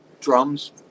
drums